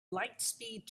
lightspeed